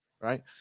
Right